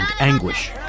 anguish